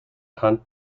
hunt